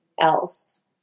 else